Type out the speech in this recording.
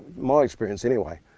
my experience anyway,